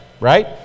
right